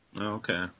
Okay